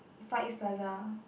Far East Plaza